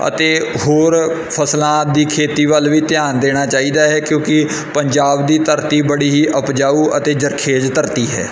ਅਤੇ ਹੋਰ ਫ਼ਸਲਾਂ ਦੀ ਖੇਤੀ ਵੱਲ ਵੀ ਧਿਆਨ ਦੇਣਾ ਚਾਹੀਦਾ ਹੈ ਕਿਉਂਕਿ ਪੰਜਾਬ ਦੀ ਧਰਤੀ ਬੜੀ ਹੀ ਉਪਜਾਊ ਅਤੇ ਜਰਖੇਜ਼ ਧਰਤੀ ਹੈ